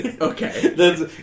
Okay